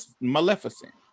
Maleficent